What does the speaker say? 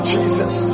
Jesus